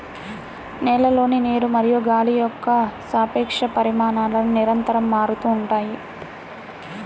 నేలలోని నీరు మరియు గాలి యొక్క సాపేక్ష పరిమాణాలు నిరంతరం మారుతూ ఉంటాయి